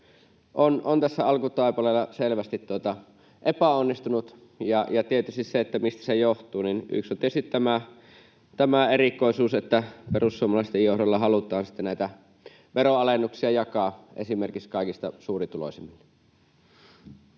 on tässä alkutaipaleella selvästi epäonnistunut. Ja yksi asia, mistä se johtuu, on tietysti tämä erikoisuus, että perussuomalaisten johdolla halutaan sitten näitä veronalennuksia jakaa esimerkiksi kaikista suurituloisimmille.